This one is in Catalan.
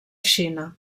xina